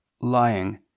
lying